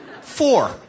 four